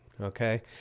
Okay